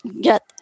get